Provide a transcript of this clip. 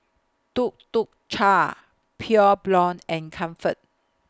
Tuk Tuk Cha Pure Blonde and Comfort